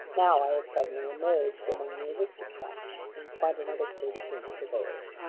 now i had suddenly emerged among the aristocrats, and quite another state of things prevailed.